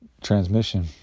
transmission